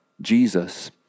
Jesus